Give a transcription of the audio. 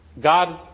God